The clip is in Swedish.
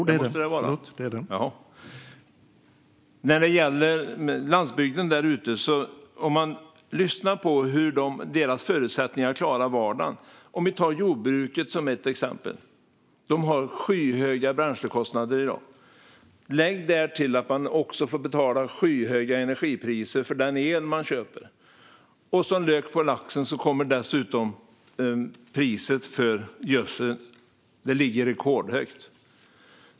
Herr ålderspresident! Det gäller att lyssna på vad de boende på landsbygden säger om sina förutsättningar att klara vardagen. Vi kan som exempel ta jordbruket, som har skyhöga bränslekostnader i dag. Lägg därtill att man får betala skyhöga energipriser för den el man köper. Som lök på laxen kommer dessutom priset för gödsel, som ligger rekordhögt.